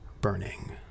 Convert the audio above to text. burning